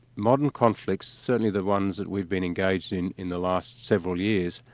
modern conflicts, certainly the ones that we've been engaged in in the last several years,